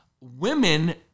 women